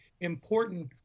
important